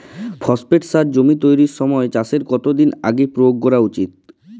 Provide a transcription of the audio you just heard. Phosphate সার জমি তৈরির সময় চাষের কত দিন আগে প্রয়োগ করা উচিৎ?